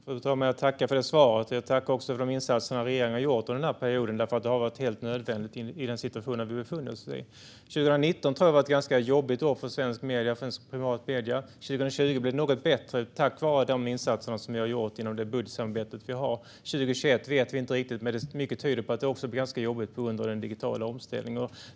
Fru talman! Jag tackar ministern för svaret, och jag tackar också för de insatser som regeringen har gjort under den här perioden. Det har varit helt nödvändigt i den situation som vi befinner oss i. Jag tror att 2019 var ett ganska jobbigt år för svenska privata medier. Det blev något bättre 2020 tack vare de insatser som ni har gjort inom det budgetsamarbete som vi har. Vi vet inte riktigt hur det blir 2021, men mycket tyder på att det också blir ganska jobbigt på grund av den digitala omställningen.